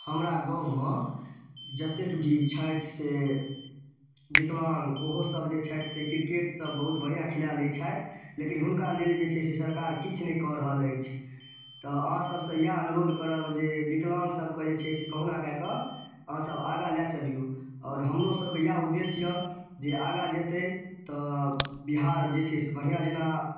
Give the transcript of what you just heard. हमरा गाँवमे जतेक भी छथि से विकलांग ओहोसभ जे छथि से क्रिकेटसभ बहुत बढ़िआँ खेला लैत छथि लेकिन हुनका लेल जे छै से सरकार किछु नहि कऽ रहल अछि तऽ अहाँसभसँ इएह अनुरोध करब जे विकलांगसभके जे छै से कहुना कए कऽ अहाँसभ आगाँ लए चलियौ आओर हमरोसभके इएह उद्देश्य यए जे आगाँ जेतै तऽ बिहार जे छै से बढ़िआँ जेना